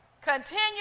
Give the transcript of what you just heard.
Continue